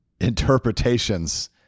interpretations